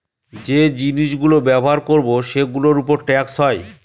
যে জিনিস গুলো ব্যবহার করবো সেগুলোর উপর ট্যাক্স হয়